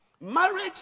Marriage